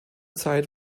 zeit